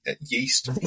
yeast